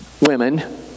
women